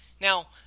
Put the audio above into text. Now